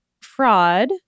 fraud